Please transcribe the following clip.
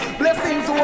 blessings